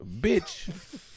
Bitch